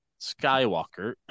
Skywalker